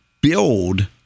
build